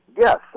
Yes